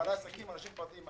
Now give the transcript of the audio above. לבעלי עסקים ולאנשים פרטיים.